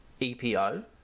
EPO